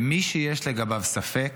ומי שיש לגביו ספק,